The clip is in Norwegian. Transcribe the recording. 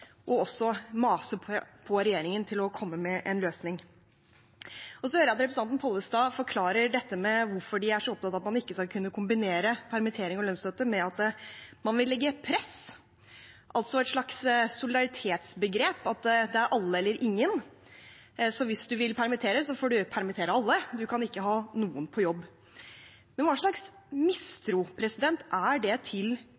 også å mase på regjeringen om å komme med en løsning. Så hører jeg at representanten Pollestad forklarer hvorfor de er så opptatt av at man ikke skal kunne kombinere permittering og lønnsstøtte med at man vil legge press, altså et slags solidaritetsbegrep, og at det er alle eller ingen. Hvis man vil permittere, får man permittere alle, man kan ikke ha bare noen på jobb. Hva slags mistro er det til